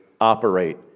operate